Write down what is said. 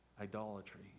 idolatry